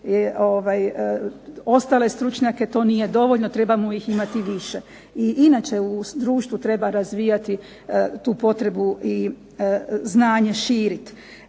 ostale stručnjake to nije dovoljno. Trebamo ih imati više. I inače u društvu treba razvijati tu potrebu i znanje širiti,